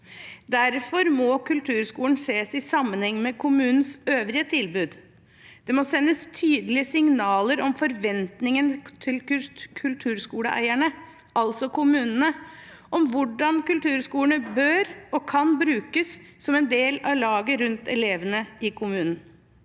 Derfor må kulturskolen ses i sammenheng med kommunens øvrige tilbud. Det må sendes tydelige signaler om forventingen til kulturskoleeierne, altså kommunene, om hvordan kulturskolen bør og kan brukes som del av laget rundt elevene i kommunen.